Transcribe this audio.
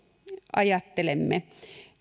ajattelemme